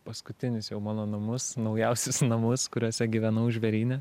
paskutinius jau mano namus naujausius namus kuriuose gyvenau žvėryne